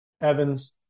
Evans